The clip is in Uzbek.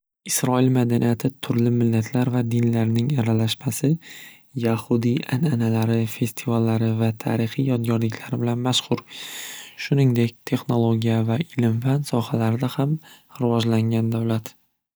Isroil madaniyati turli millatlar va dinlarning aralashmasi, yahudiy an'analari, festivallari va tarixiy yodgorliklari bilan mashxur. Shuningdek texnologiya va ilm-fan sohalarida ham rivojlangan davlat.